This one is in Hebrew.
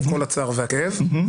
עם כל הצער והכאב,